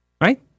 right